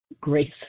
grace